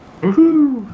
Woohoo